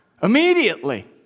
immediately